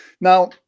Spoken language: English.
now